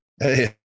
Hey